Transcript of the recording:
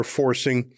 forcing